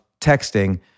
texting